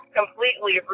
completely